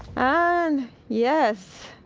and yes,